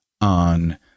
on